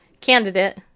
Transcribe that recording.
candidate